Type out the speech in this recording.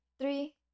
Three